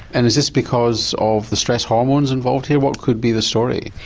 and is this because of the stress hormones involved here what could be the story?